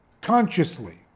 consciously